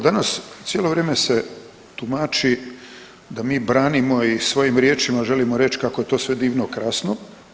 Danas cijelo vrijeme se tumači da mi branimo i svojim riječima želimo reći kako je to sve divno, krasno.